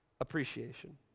appreciation